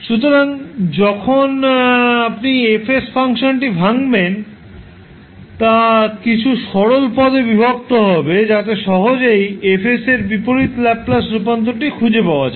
সুতরাং যখন আপনি F ফাংশনটি ভাঙ্গবেন তা কিছু সরল পদে বিভক্ত হবে যাতে সহজেই F এর বিপরীত ল্যাপ্লাস রূপান্তরটি খুঁজে পাওয়া যায়